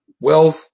wealth